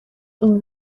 این